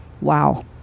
wow